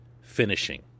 finishing